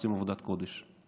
שעושים עבודת קודש.